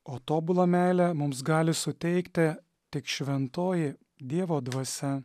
o tobulą meilę mums gali suteikti tik šventoji dievo dvasia